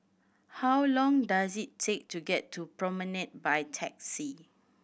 how long does it take to get to Promenade by taxi